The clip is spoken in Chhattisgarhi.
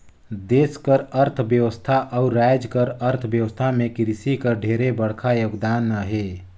देस कर अर्थबेवस्था अउ राएज कर अर्थबेवस्था में किरसी कर ढेरे बड़खा योगदान अहे